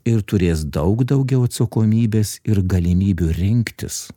ir turės daug daugiau atsakomybės ir galimybių rinktis